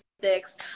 six